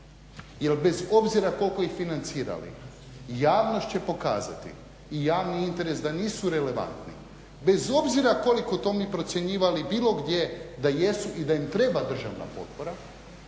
jer bez obzira koliko ih financirali, javnost će pokazati i javni interes da nisu relevantni bez obzira koliko mi to procjenjivali da jesu i da im treba državna potpora